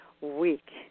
week